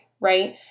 right